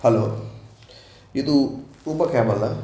hello ಇದು Uber cab ಅಲ್ವಾ